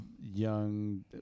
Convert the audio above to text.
young